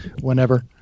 whenever